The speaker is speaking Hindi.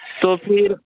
तो फिर